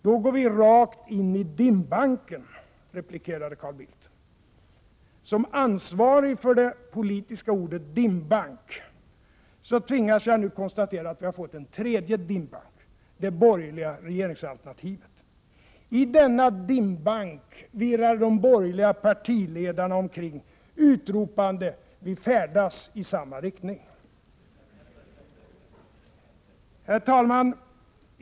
Då går vi rakt in i dimbanken, replikerade Carl Bildt. Som ansvarig för det politiska ordet ”dimbank” tvingas jag nu konstatera att vi har fått en tredje dimbank: det borgerliga regeringsalternativet. I denna dimbank irrar de borgerliga partiledarna omkring, utropande: Vi färdas i samma riktning! Herr talman!